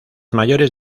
mayores